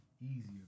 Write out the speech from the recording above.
easier